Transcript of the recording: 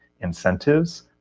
incentives